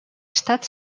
estat